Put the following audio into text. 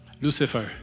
Lucifer